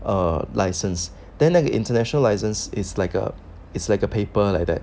um license then 那个 international license is like a it's like a paper like that